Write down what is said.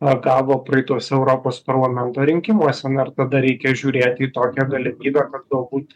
ar gavo praeituose europos parlamento rinkimuose na ir tada reikia žiūrėti į tokią galimybę kad gal būt